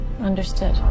Understood